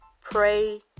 pray